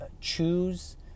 choose